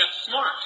smart